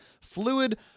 Fluid